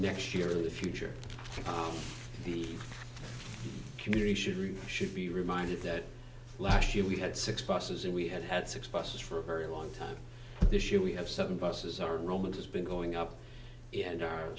next year in the future tom the community should really should be reminded that last year we had six buses and we had had six buses for a very long time this year we have seven buses are romans has been going up and our